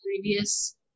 previous